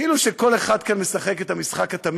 כאילו שכל אחד כאן משחק את המשחק התמים